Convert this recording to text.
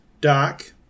dark